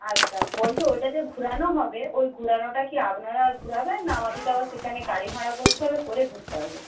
আচ্ছা বলছি ওটা যে ঘুরানো হবে ওই ঘুরানোটা কি আপনারা ঘুরাবেন না আমাদিকে আবার সেখানে গাড়ি ভাড়া করতে হবে করে ঘুরতে হবে